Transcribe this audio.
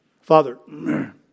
Father